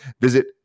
visit